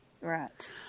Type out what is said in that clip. Right